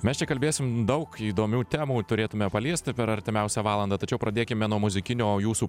mes čia kalbėsim daug įdomių temų turėtume paliesti per artimiausią valandą tačiau pradėkime nuo muzikinio jūsų